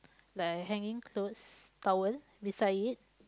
like a hanging clothes towel beside it